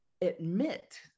admit